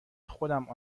خودم